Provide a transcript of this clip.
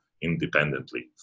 independently